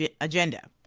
agenda